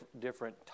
different